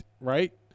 right